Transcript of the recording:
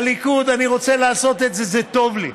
הליכוד, אני רוצה לעשות את זה, זה טוב לי.